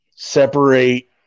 separate